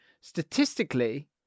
Statistically